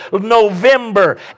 November